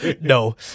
No